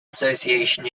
association